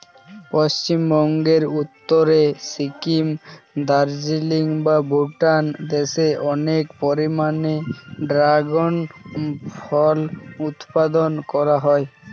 পশ্চিমবঙ্গের উত্তরে সিকিম, দার্জিলিং বা ভুটান দেশে অনেক পরিমাণে ড্রাগন ফল উৎপাদন করা হয়